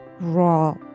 raw